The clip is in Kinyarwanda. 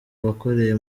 wakoreye